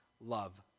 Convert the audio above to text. love